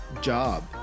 job